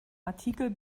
artikel